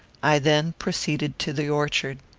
i then proceeded to the orchard.